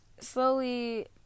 Slowly